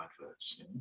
adverts